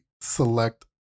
select